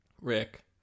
rick